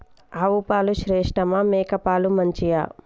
ఆవు పాలు శ్రేష్టమా మేక పాలు మంచియా?